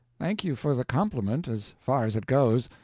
thank you for the compliment, as far as it goes.